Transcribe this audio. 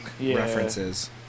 references